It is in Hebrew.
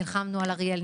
נלחמנו על אריאל,